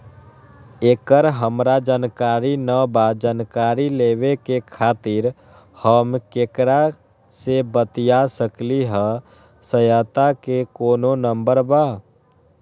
एकर हमरा जानकारी न बा जानकारी लेवे के खातिर हम केकरा से बातिया सकली ह सहायता के कोनो नंबर बा?